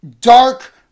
dark